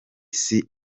sir